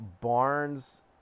Barnes